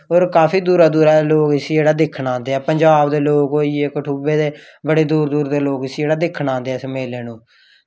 होर काफी दूरा दूरा लोक उसी जेह्ड़ा दिक्खन आंदे आ पंजाब दे लोग होई गे कठुए दे बड़े दूर दूर दे लोग इसी जेह्ड़ा दिक्खन आंदे न इस मेले नू